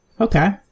okay